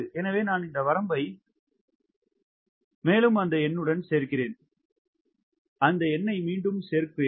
எனவே நான் இந்த வரம்பை இரண்டு முறை 914000 ஐ சேர்க்கிறேன் 914000 ஐ மீண்டும் சேர்க்கிறேன்